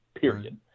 period